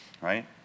right